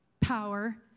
power